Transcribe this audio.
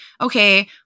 Okay